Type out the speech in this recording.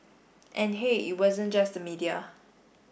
and hey it wasn't just the media